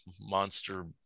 monster